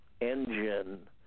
engine